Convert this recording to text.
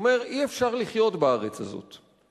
הוא אומר: אי-אפשר לחיות בארץ הזאת.